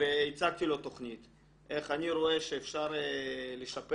והצעתי לו תוכנית איך אני רואה שאפשר לשפר